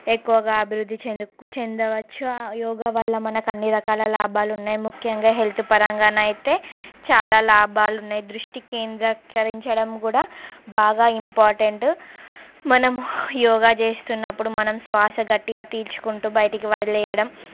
ఎక్కువగా అభివృద్ధి చెందు చెందవచ్చు ఆ యోగా వల్ల మనకు అన్నీ రకాల లాభాలు ఉన్నాయి ముఖ్యంగా హెల్త్ పరంగా అయితే చాలా లాభాలు ఉన్నాయి దృష్టి కేంద్రీకరించడం కూడా బాగా ఇంపార్టెంట్ మనం యోగా చేస్తున్నప్పుడు మనం శ్వాస గట్టిగా తీల్చుకుంటు బయటికి వదిలేయడం